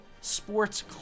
sports